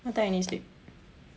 what time you need to sleep